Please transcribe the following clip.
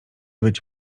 być